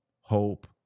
hope